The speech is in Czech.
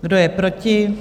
Kdo je proti?